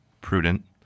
prudent